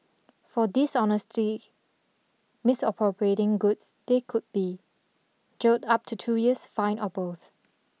for dishonestly misappropriating goods they could be jailed up to two years fined or both